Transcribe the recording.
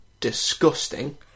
Disgusting